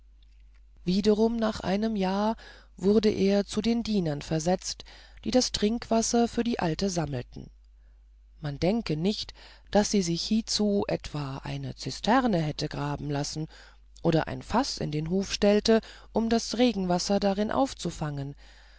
wiederum nach einem jahr wurde er zu den dienern versetzt die das trinkwasser für die alte sammelten man denke nicht daß sie sich hiezu etwa eine zisterne hätte graben lassen oder ein faß in den hof stellte um das regenwasser darin aufzufangen